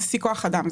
זה שיא כוח אדם.